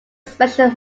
special